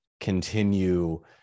continue